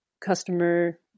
customer